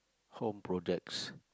home projects